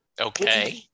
okay